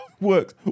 works